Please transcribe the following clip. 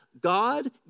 God